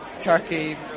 turkey